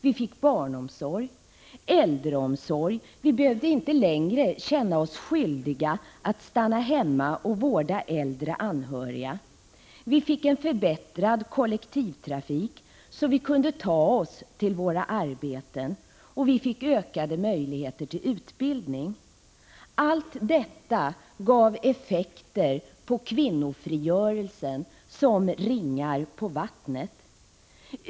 Vi fick barnomsorg och äldreomsorg, så vi behövde inte längre känna oss skyldiga att stanna hemma och vårda äldre anhöriga. Vi fick en förbättrad kollektivtrafik, så att vi kunde ta oss till våra arbeten, och vi fick ökade möjligheter till utbildning. Allt detta gav effekter på kvinnofrigörelsen som ringar på vattnet.